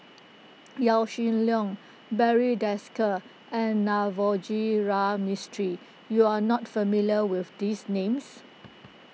Yaw Shin Leong Barry Desker and Navroji R Mistri you are not familiar with these names